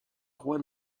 roi